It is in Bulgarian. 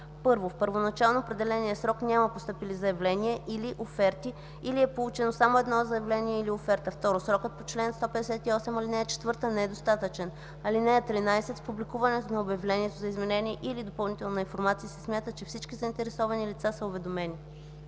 1. в първоначално определения срок няма постъпили заявления или оферти или е получено само едно заявление или оферта; 2. срокът по чл. 158, ал. 4 не е достатъчен. (13) С публикуването на обявлението за изменение или допълнителна информация се смята, че всички заинтересовани лица са уведомени.